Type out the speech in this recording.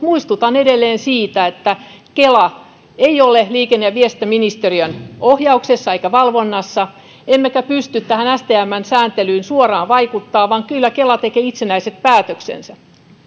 muistutan edelleen siitä että kela ei ole liikenne ja viestintäministeriön ohjauksessa eikä valvonnassa emmekä pysty tähän stmn sääntelyyn suoraan vaikuttamaan vaan kyllä kela tekee itsenäiset päätöksensä